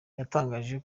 yatangaje